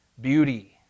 beauty